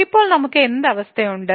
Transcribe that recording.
ഇപ്പോൾ നമുക്ക് എന്ത് അവസ്ഥയുണ്ട്